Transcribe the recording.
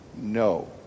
no